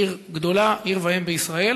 עיר גדולה, עיר ואם בישראל,